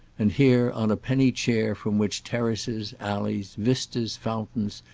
and here, on a penny chair from which terraces, alleys, vistas, fountains,